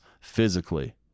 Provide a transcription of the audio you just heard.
physically